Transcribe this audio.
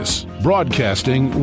broadcasting